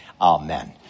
amen